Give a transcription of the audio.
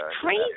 crazy